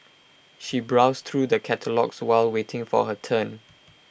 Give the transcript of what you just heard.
she browsed through the catalogues while waiting for her turn